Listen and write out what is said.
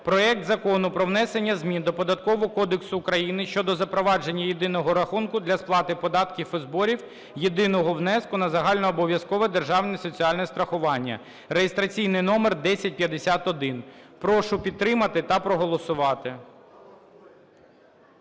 проект Закону про внесення змін до Податкового кодексу України щодо запровадження єдиного рахунку для сплати податків і зборів, єдиного внеску на загальнообов'язкове державне соціальне страхування (реєстраційний номер 1051). Прошу підтримати та проголосувати.